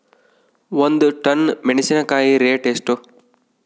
ಒಂದು ಟನ್ ಮೆನೆಸಿನಕಾಯಿ ರೇಟ್ ಎಷ್ಟು?